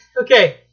okay